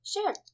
Sure